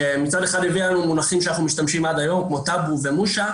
שמצד אחד הביאה לנו מונחים בהם אנחנו משתמשים עד היום כמו טאבו ומושא,